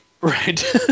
right